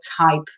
type